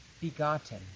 begotten